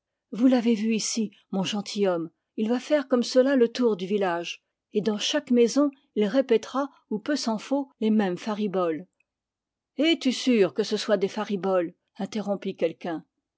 vous l'avez vu ici mon gentilhomme il va faire comme cela le tour du village et dans chaque maison il répétera ou peu s'en faut les mêmes fariboles et es-tu sûr que ce soient des fariboles interrompit quelqu'un